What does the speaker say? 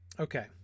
Okay